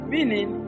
Meaning